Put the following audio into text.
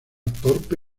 torpe